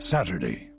Saturday